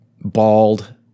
bald